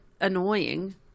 annoying